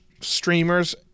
streamers